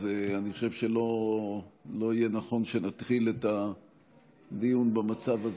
אז אני חושב שלא יהיה נכון שנתחיל את הדיון במצב הזה.